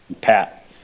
Pat